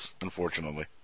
Unfortunately